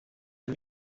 ein